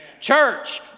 Church